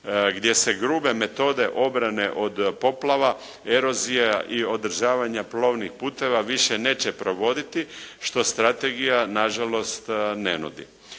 gdje se grube metode obrana od poplava, erozija i održavanja plovnih puteva više neće provoditi što strategija na žalost ne nudi.